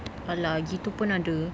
!alah! gitu pun ada